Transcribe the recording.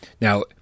now